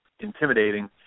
intimidating